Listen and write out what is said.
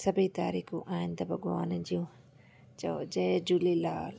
सभेई तारीख़ूं आहिनि त भॻवान जूं चयो जय झूलेलाल